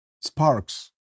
sparks